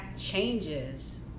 changes